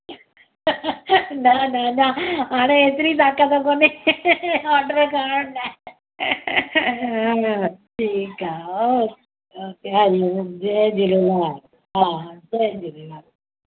न न अञा हाणे एतिरी ताकत कोने नान वेज खाइण लाइ ठीकु आहे ओके ओके हरिओम जय झूलेलाल हा जय झूलेलाल